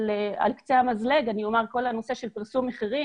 אבל על קצה המזלג אני אומר שכל הנושא של פרסום מחירים,